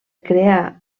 crear